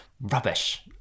Rubbish